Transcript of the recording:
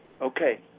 Okay